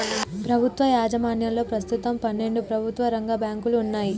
ప్రభుత్వ యాజమాన్యంలో ప్రస్తుతం పన్నెండు ప్రభుత్వ రంగ బ్యాంకులు వున్నయ్